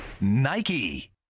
Nike